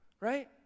right